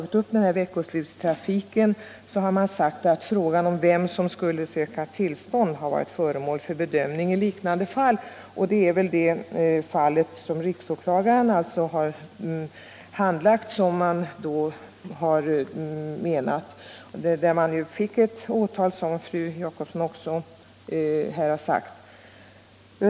I reservationen sägs att frågan om vem som skulle söka tillstånd har varit föremål för bedömning i liknande fall. Man åsyftar här det fall som riksåklagaren handlagt och där det också blev ett åtal, såsom fru Jacobsson här har framhållit.